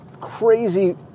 crazy